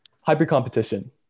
hyper-competition